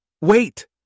wait